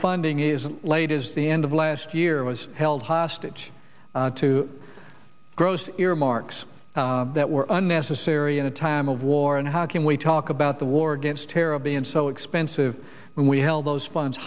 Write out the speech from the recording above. funding is late as the end of last year was held hostage to gross earmarks that were unnecessary in a time of war and how can we talk about the war against terror of being so expensive when we held those funds